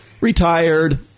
retired